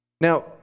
Now